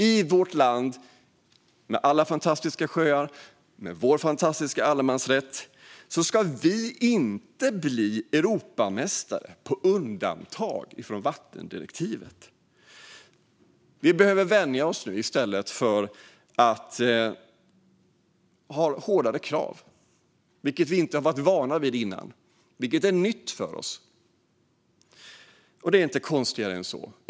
I vårt land, med alla fantastiska sjöar och vår fantastiska allemansrätt, ska vi inte bli Europamästare på undantag från vattendirektivet. Vi behöver i stället vänja oss vid hårdare krav. Det har vi inte varit vana vid innan. Det är nytt för oss. Det är inte konstigare än så.